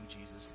Jesus